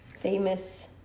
Famous